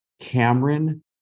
Cameron